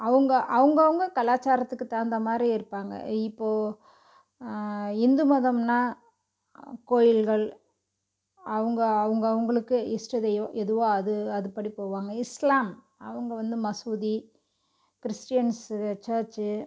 அவங்க அவங்கவுங்க கலாச்சாரத்துக்கு தகுந்த மாதிரி இருப்பாங்க இப்போது இந்து மதம்னால் கோயில்கள் அவங்க அவங்கவுங்களுக்கு இஷ்ட தெய்வம் எதுவோ அது அதுப்படி போவாங்க இஸ்லாம் அவங்க வந்து மசூதி கிறிஸ்ட்டின்ஸுக்கு சர்ச்சு